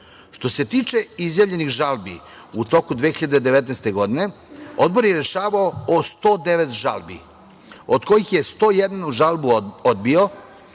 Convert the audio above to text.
se tiče izjavljenih žalbi u toku 2019. godine, Odbor je rešavao o 109 žalbi, od kojih je 101 žalbu odbio,